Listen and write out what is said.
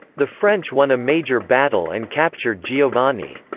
the french won a major battle and captured giovanni.